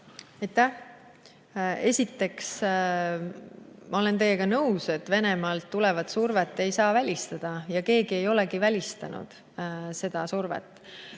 Esiteks, ma olen teiega nõus, et Venemaalt tulevat survet ei saa välistada ja keegi ei olegi seda välistanud. Nüüd, neid